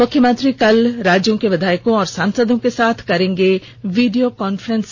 मुख्यमंत्री कल राज्य के विधायकों और सांसदों के साथ करेंगे वीडियो कॉन्फ्रेंस